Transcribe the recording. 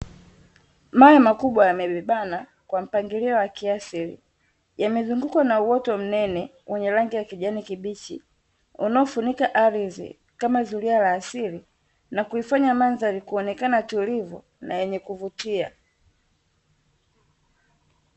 Mawe makubwa yamebebana kwa mpangilio wa kiasili. Yamezungukwa na uoto mnene wenye rangi ya kijani kibichi unaofunika ardhi kama zulia la asili na kuifanya mandhari kuonekana tulivu na yenye kuvutia.